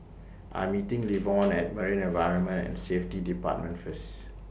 I'm meeting Levon At Marine Environment and Safety department First